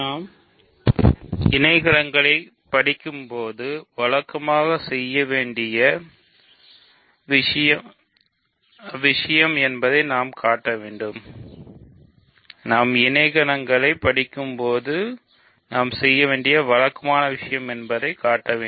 நாம் இணைக்கணங்களை படிக்கும்போது போது வழக்கமான செய்ய வேண்டிய விஷயம் என்பதை நாம் காட்ட வேண்டும்